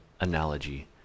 analogy